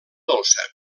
dolça